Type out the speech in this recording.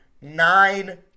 nine